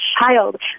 child